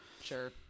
sure